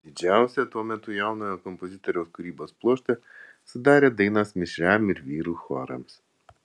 didžiausią tuo metu jaunojo kompozitoriaus kūrybos pluoštą sudarė dainos mišriam ir vyrų chorams